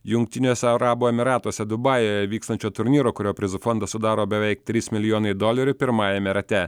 jungtiniuose arabų emyratuose dubajuje vykstančio turnyro kurio prizų fondą sudaro beveik trys milijonai dolerių pirmajame rate